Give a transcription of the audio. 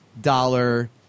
dollar